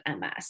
MS